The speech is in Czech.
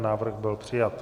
Návrh byl přijat.